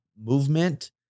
movement